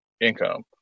income